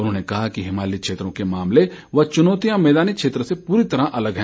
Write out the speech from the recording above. उन्होंने कहा कि हिमालयी क्षेत्रों के मामले व चुनौतियां मैदानी क्षेत्रों से पूरी तरह भिन्न है